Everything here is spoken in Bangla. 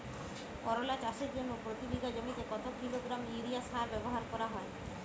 করলা চাষের জন্য প্রতি বিঘা জমিতে কত কিলোগ্রাম ইউরিয়া সার ব্যবহার করা হয়?